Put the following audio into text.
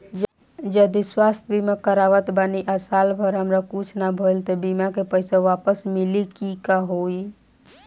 जदि स्वास्थ्य बीमा करावत बानी आ साल भर हमरा कुछ ना भइल त बीमा के पईसा वापस मिली की का होई?